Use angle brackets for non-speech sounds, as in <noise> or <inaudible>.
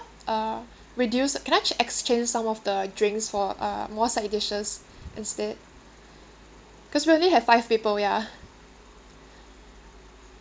uh reduce can I ch~ exchange some of the drinks for uh more side dishes instead because we only have five people ya <laughs>